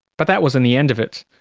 but that wasn't the end of it.